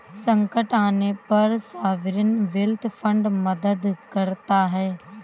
संकट आने पर सॉवरेन वेल्थ फंड मदद करता है